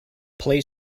play